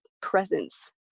presence